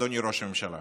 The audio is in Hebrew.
אדוני ראש הממשלה.